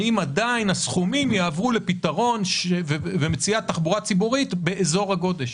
האם עדיין הסכומים יעברו לפתרון ומציאות תחבורה ציבורית באזור הגודש?